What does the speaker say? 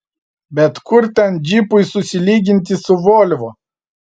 bet kur ten džipui susilyginti su volvo